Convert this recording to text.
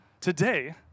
today